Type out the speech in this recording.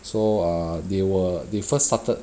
so err they were they first started